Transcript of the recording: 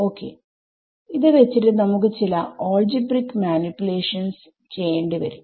Ok ഇത് വെച്ചിട്ട് നമുക്ക് ചില ആൾജിബ്രിക് മാനുപുലേഷൻസ് ചെയ്യേണ്ടി വരും